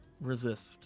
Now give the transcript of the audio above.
resist